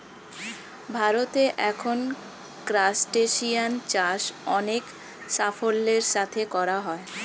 ভারতে এখন ক্রাসটেসিয়ান চাষ অনেক সাফল্যের সাথে করা হয়